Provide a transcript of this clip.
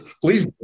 Please